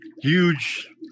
huge